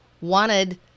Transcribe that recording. wanted